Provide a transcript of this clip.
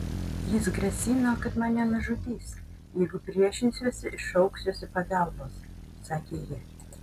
jis grasino kad mane nužudys jeigu priešinsiuosi ir šauksiuosi pagalbos sakė ji